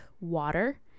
water